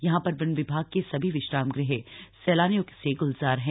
यहां पर वन विभाग के सभी विश्राम सैलानियों से गुलजार हैं